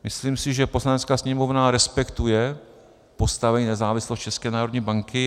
Myslím si, že Poslanecká sněmovna respektuje postavení a nezávislost České národní banky.